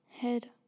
Head